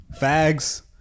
Fags